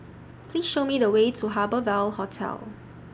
Please Show Me The Way to Harbour Ville Hotel